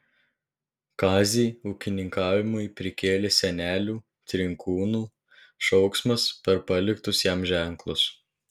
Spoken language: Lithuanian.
kazį ūkininkavimui prikėlė senelių trinkūnų šauksmas per paliktus jam ženklus